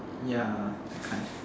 ya that kind